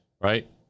right